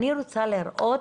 אני רוצה לראות